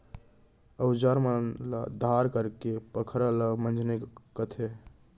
अउजार मन ल धार करेके पखरा ल मंजनी कथें